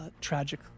tragic